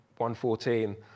1.14